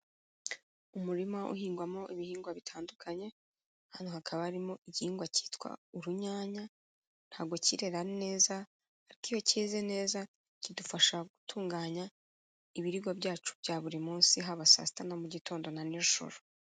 Umurima uhingwamo ibihingwa bitandukanye, hano hakaba harimo igihingwa cyitwa urunyanya ntago kirera neza kuko iyo keze neza kidufasha gutunganya ibibwa byacu bya buri munsi haba saa sita na mugitondo na nijoro.